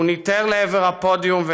והוא ניתר לעבר הפודיום,